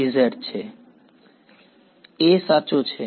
a સાચું છે